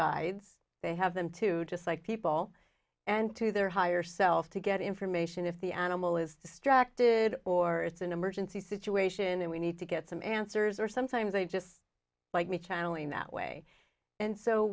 guides they have them to just like people and to their higher self to get information if the animal is distracted or it's an emergency situation and we need to get some answers or sometimes they just like me channeling that way and so